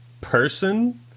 person